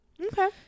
Okay